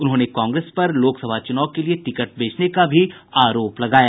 उन्होंने कांग्रेस पर लोकसभा चुनाव के लिये टिकट बेचने का आरोप लगाया